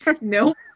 Nope